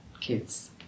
kids